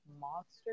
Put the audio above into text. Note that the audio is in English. Monster